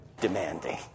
demanding